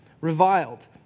reviled